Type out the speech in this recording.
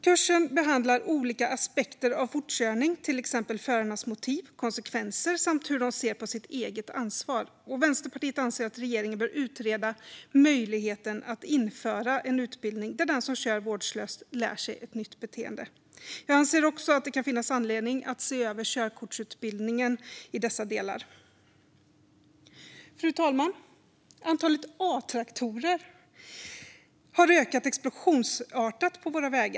Kursen behandlar olika aspekter av fortkörning, till exempel förarnas motiv, konsekvenser samt hur de ser på sitt eget ansvar. Vänsterpartiet anser att regeringen bör utreda möjligheten att införa en utbildning där den som kör vårdslöst lär sig ett nytt beteende. Jag anser också att det kan finnas anledning att se över körkortsutbildningen i dessa delar. Fru talman! Antalet A-traktorer har ökat explosionsartat på våra vägar.